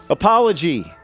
Apology